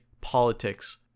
politics